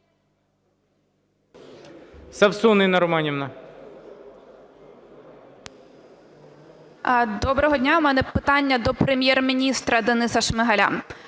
Доброго дня. У мене питання до Прем'єр-міністра Дениса Шмигаля.